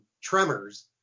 tremors